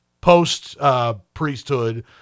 post-priesthood